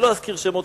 ולא אזכיר שמות,